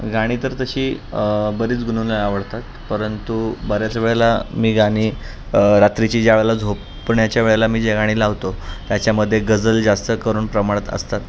गाणी तर तशी बरीच गुणगुणायला आवडतात परंतु बऱ्याच वेळेला मी गाणी रात्रीची ज्या वेळेला झोप पण्याच्या वेळेला मी जे गाणी लावतो त्याच्यामध्ये गझल जास्तकरून प्रमाणात असतात